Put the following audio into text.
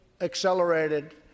accelerated